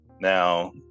Now